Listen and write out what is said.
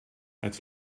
het